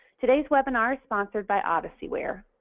today's webinar is sponsored by odysseyware.